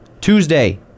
Tuesday